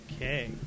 Okay